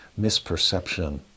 misperception